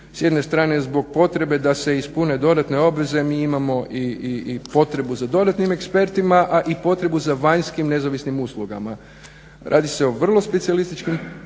s jedne strane zbog potrebe da se ispune dodatne obveze mi imamo i potrebu za dodatnim ekspertima, a i potrebu za vanjskim nezavisnim uslugama. Radi se o vrlo specijalističkim